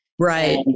Right